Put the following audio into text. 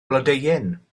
blodeuyn